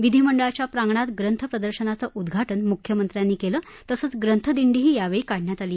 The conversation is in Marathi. विधीमंडळाच्या प्रागंणात ग्रंथ प्रदर्शनाचं उद् घाटन मुख्यमंत्र्यांनी केलं तसंच ग्रंथ दिंडीही यावेळी काढण्यात आली